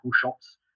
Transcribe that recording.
shops